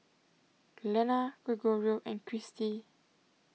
Glenna Gregorio and Christi